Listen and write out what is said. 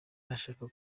arashaka